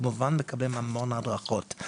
כמובן לקדם המון הדרכות.